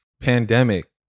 Pandemic